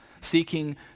seeking